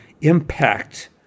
impact